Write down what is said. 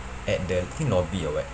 at the think lobby or what